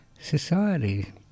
society